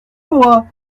moi